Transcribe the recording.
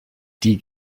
die